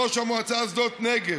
ראש המועצה שדות נגב,